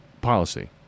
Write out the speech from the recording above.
policy